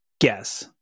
guess